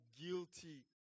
guilty